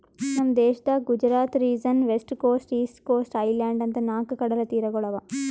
ನಮ್ ದೇಶದಾಗ್ Gujarat region, west coast, east coast, island ಅಂತಾ ನಾಲ್ಕ್ ಕಡಲತೀರಗೊಳ್ ಅವಾ